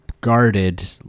guarded